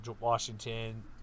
Washington